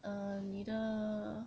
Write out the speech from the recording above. err 你的